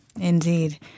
Indeed